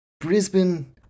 Brisbane